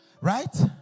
Right